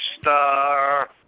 star